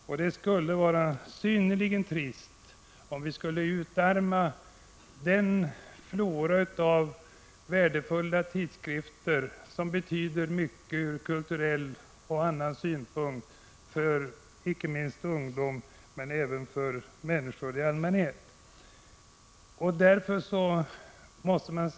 Det skulle vara synnerligen trist om vi skulle utarma den flora av värdefulla tidskrifter som betyder mycket ur kulturell och annan synpunkt, icke minst för ungdom men även för människor i allmänhet.